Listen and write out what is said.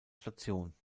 station